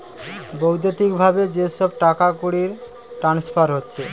বৈদ্যুতিক ভাবে যে সব টাকাকড়ির ট্রান্সফার হচ্ছে